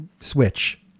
switch